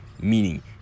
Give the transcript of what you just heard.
meaning